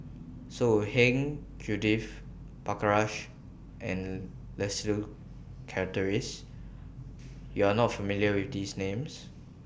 So Heng Judith Prakash and Leslie Charteris YOU Are not familiar with These Names